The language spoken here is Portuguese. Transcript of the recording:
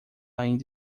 ainda